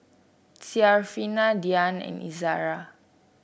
Syarafina Dian and Izara